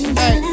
hey